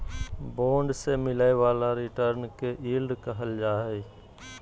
bond से मिलय वाला रिटर्न के यील्ड कहल जा हइ